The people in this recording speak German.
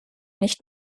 nicht